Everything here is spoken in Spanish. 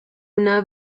una